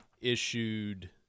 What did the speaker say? issued